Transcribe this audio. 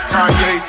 Kanye